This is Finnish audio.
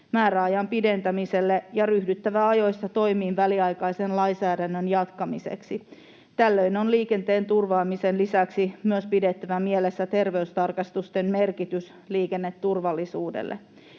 määräajan pidentämiselle ja ryhdyttävä ajoissa toimiin väliaikaisen lainsäädännön jatkamiseksi. Tällöin on liikenteen turvaamisen lisäksi pidettävä mielessä myös terveystarkastusten merkitys liikenneturvallisuudelle.